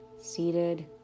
seated